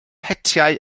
hetiau